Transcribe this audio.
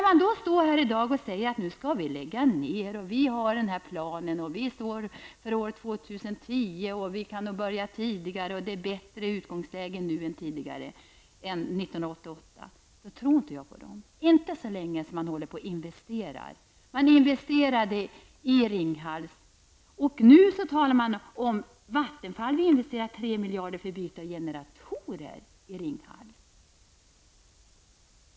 Man står nu här i dag och säger att vi nu skall börja lägga ned, att man har denna plan, att man står för 2010, att man nog kan börja tidigare, att det nu är bättre utgångsläge än tidigare. Jag tror inte på dem när de står här och säger detta. Jag tror inte på dem så länge som man håller på att investera. Man investerade i Ringhals. Nu talar man om att Vattenfall har investerat 3 miljarder för att byta generatorer i Ringhals.